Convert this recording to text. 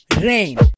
rain